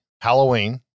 halloween